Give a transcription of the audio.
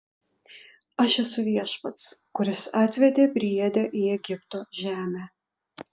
aš esu viešpats kuris atvedė briedę į egipto žemę